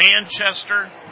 Manchester